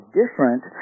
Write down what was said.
different